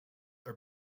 are